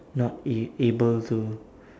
not a~ able to